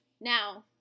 Now